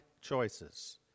choices